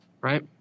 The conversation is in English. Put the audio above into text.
right